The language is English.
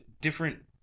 different